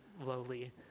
lowly